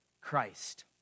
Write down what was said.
Christ